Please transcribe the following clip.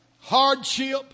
hardship